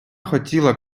хотіла